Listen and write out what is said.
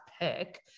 pick